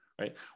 right